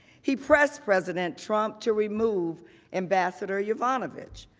he pressed president trump to remove ambassador yovanovitch.